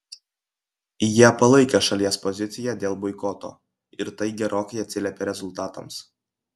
jie palaikė šalies poziciją dėl boikoto ir tai gerokai atsiliepė rezultatams